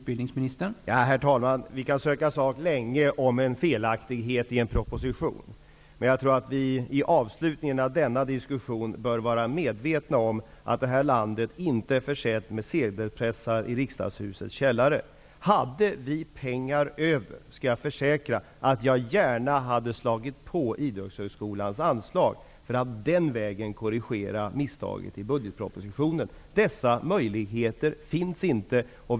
Herr talman! Vi kan söka sak länge om en felaktighet i en proposition. Avslutningsvis vill jag säga att vi bör vara medvetna om att det här landet inte är försett med sedelpressar i riksdagshusets källare. Hade vi haft pengar över, skulle jag gärna -- det försäkrar jag -- ha plussat på Idrottshögskolans anslag för att den vägen korrigera misstaget i budgetpropositionen. Men den möjligheten finns inte.